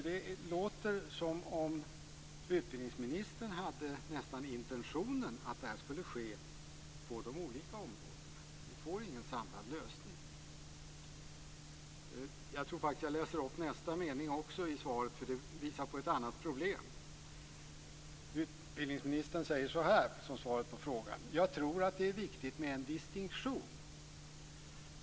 Det låter som att utbildningsministern nästan hade intentionen att det här skulle ske på de olika områdena - att vi inte får en samlad lösning. Nästa mening i svaret visar på ett annat problem. Utbildningsministern säger alltså: "Jag tror att det är viktigt med en distinktion.